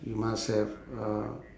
you must have uh